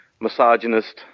misogynist